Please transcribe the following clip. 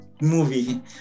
movie